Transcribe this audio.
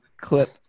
clip